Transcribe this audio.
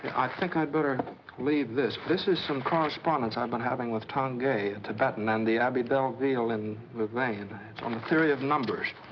think i'd better leave this. this is some correspondence i've been having with tanggye, a a tibetan. and the abbe delville in louvain. it's on the theory of numbers.